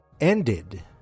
ended